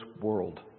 world